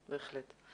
בהחלט.